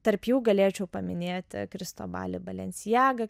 tarp jų galėčiau paminėti kristobalį balenciagą